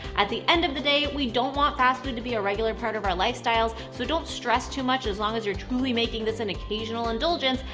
at the end of the day, we don't want fast food to be a regular part of our lifestyles, so don't stress too much as long as you're truly making this an occasional indulgence.